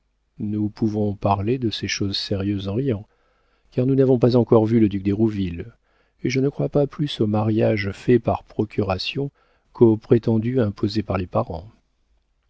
nous pouvons parler de ces choses sérieuses en riant car nous n'avons pas encore vu le duc d'hérouville et je ne crois pas plus aux mariages faits par procuration qu'aux prétendus imposés par les parents